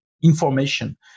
information